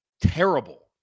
Terrible